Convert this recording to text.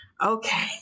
okay